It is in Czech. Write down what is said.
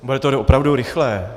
Bude to opravdu rychlé.